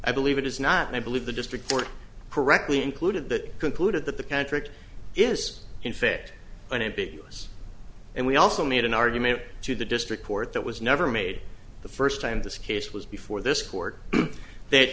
i believe it is not and i believe the district court correctly included that concluded that the contract is in fact an ambiguous and we also made an argument to the district court that was never made the first time this case was before this court th